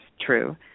true